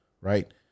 right